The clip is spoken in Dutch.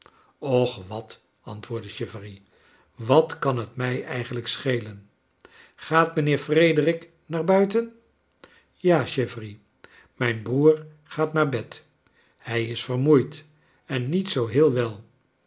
och wat antwoordde chivery wat kan het mij eigenlijk schelen gaat mijnheer frederick naar buiten ja chivery mijn broer gaat naar bed hij is vermoeid en niet zoo heel wel